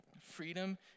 freedom